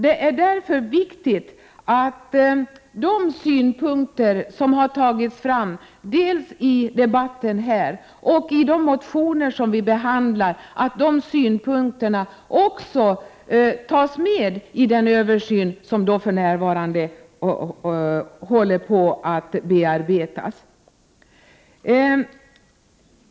Det är därför viktigt att de synpunkter som förts fram i debatten och i motioner tas med vid den översyn som för närvarande sker.